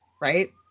right